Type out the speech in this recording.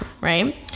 right